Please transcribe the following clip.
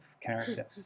character